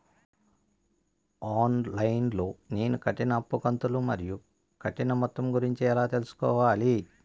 On line లో నేను కట్టిన అప్పు కంతులు మరియు కట్టిన మొత్తం గురించి ఎలా తెలుసుకోవాలి?